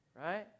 Right